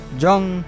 jong